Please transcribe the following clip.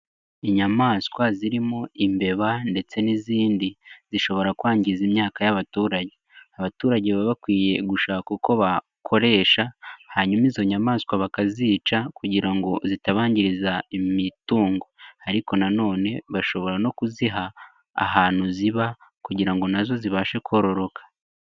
Inyamaswa zirimo imbeba ndetse n'izindi, zishobora kwangiza imyaka y'abaturage. Abaturage baba bakwiye gushaka uko bakoresha, hanyuma izo nyamaswa bakazica, kugira ngo zitabangiriza imitungo. Ariko nanone bashobora no kuziha ahantu ziba kugira nazo zibashe kororoka.